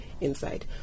inside